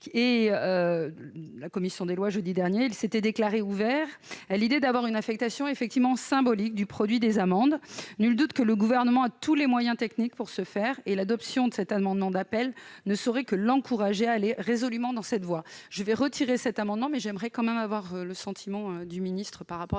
en commission des lois jeudi dernier ; il s'est déclaré ouvert à l'idée d'une affectation symbolique du produit des amendes. Nul doute que le Gouvernement dispose de tous les moyens techniques pour ce faire. Aussi, l'adoption de cet amendement d'appel ne saurait que l'encourager à avancer résolument dans cette voie. Je vais retirer cet amendement, monsieur le président, mais j'aimerais avoir le sentiment du ministre par rapport